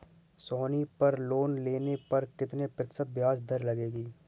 सोनी पर लोन लेने पर कितने प्रतिशत ब्याज दर लगेगी?